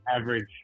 average